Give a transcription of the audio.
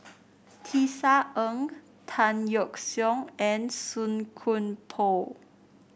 Tisa Ng Tan Yeok Seong and Song Koon Poh